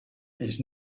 his